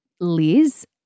Liz